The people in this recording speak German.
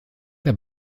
der